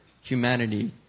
humanity